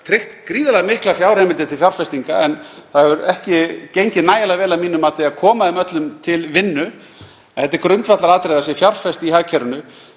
tryggt gríðarlega miklar fjárheimildir til fjárfestinga en það hefur ekki gengið nægilega vel að mínu mati að koma þeim öllum til vinnu. En það er grundvallaratriði að fjárfest sé í hagkerfinu.